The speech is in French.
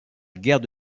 guerre